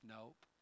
Nope